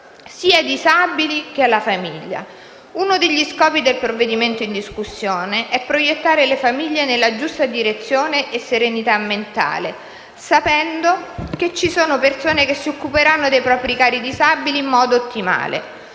sia ai disabili, che alla famiglia. Uno degli scopi del provvedimento in discussione, è proiettare le famiglie nella giusta direzione e serenità mentale, sapendo che ci sono persone che si occuperanno dei propri cari disabili in modo ottimale.